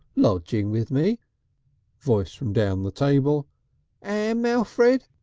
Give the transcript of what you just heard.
lodging with me voice from down the table am, alfred?